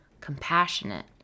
compassionate